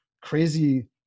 crazy